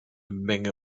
menge